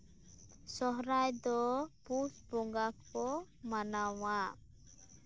ᱥᱟᱦᱨᱟᱭ ᱫᱚ ᱯᱩᱥ ᱵᱚᱸᱜᱟ ᱠᱚ ᱢᱟᱱᱟᱣᱟ